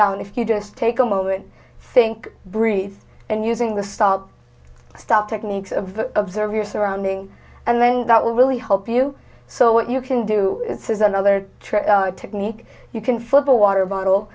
down if you just take a moment think breathe and using the stop stop techniques of observe your surroundings and then that will really help you so what you can do is another trick technique you can flip a water bottle